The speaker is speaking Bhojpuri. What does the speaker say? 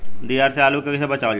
दियार से आलू के कइसे बचावल जाला?